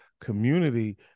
community